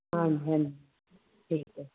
ਹਾਂਜੀ ਹਾਂਜੀ ਠੀਕ ਹੈ